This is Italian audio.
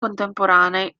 contemporanei